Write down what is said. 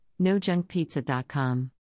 nojunkpizza.com